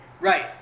Right